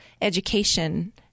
education